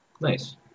Nice